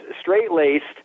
straight-laced